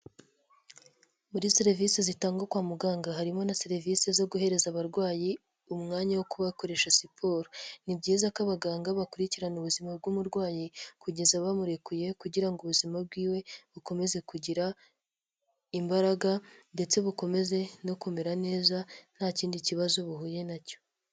Muri serivisi zitangwa kwa muganga harimo na serivisi zo guhereza abarwayi umwanya wo kubakoresha siporo, ni byiza ko abaganga bakurikirana ubuzima bw'umurwayi kugeza bamurekuye kugira ngo ubuzima bwiwe bukomeze kugira imbaraga ndetse bukomeze no kumera neza nta kindi kibazo buhuye nacyo.